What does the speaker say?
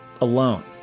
alone